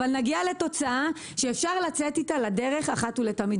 אבל נגיע לתוצאה שאפשר לצאת איתה לדרך אחת ולתמיד.